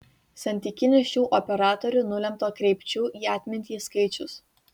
santykinis šių operatorių nulemto kreipčių į atmintį skaičius